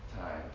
time